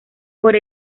por